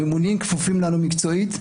הממונים כפופים לנו מקצועית,